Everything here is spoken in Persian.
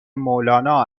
مولانا